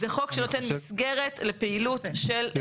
זה חוק שנותן מסגרת לפעילות של הכנת הדוח.